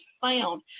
found